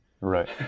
Right